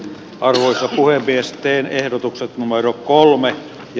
arvoisa puhemies teen ehdotuksen numero kolme j